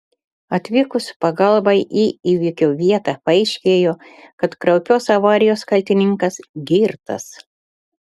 atvykus pagalbai į įvykio vietą paaiškėjo kad kraupios avarijos kaltininkas girtas